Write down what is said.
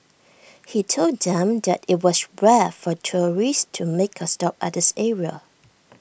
he told them that IT was rare for tourists to make A stop at this area